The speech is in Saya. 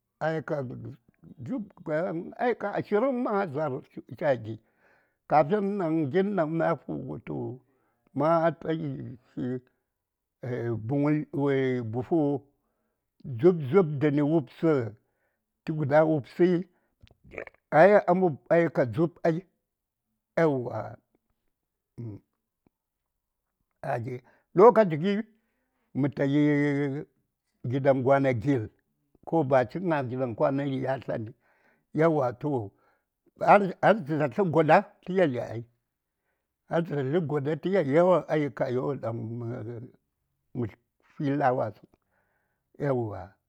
﻿aika dzub kam aika ashirin ma za:r wo fi cha gi kafin daŋ gin mya fugə tu matayi gi: buŋli wai buhu dzub dzub dəni wubsə tə guda wubsəi ai a mob aika dzub ai aeywa uhm kaji lokachi gi mətayi gadan gona gil ko ba chik ŋa gidan gona yi yatl ɗani yauwa to hartəta səŋ gwada tə yeli ai har tə ta səŋ gwada tə yeli yawa ayuka won daŋ mə fi lawasəŋ yauwa.